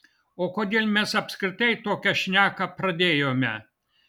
o kodėl mes apskritai tokią šneką pradėjome